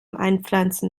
einpflanzen